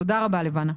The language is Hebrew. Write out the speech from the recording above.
תודה רבה, לבנה.